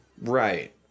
Right